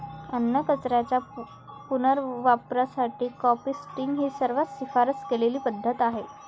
अन्नकचऱ्याच्या पुनर्वापरासाठी कंपोस्टिंग ही सर्वात शिफारस केलेली पद्धत आहे